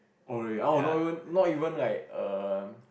oh really ah not even not even like err